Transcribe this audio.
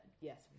yes